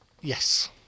yes